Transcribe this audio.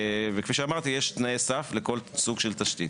וכפי שאמרתי, יש תנאי סף לכל סוג של תשתית.